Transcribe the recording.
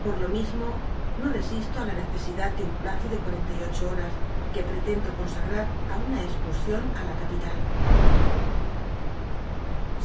por lo mismo no resislo it la necesidad de un plazo de cuarenta y ocho homs que jll'elendo consagnr una escmsion á la capilnl n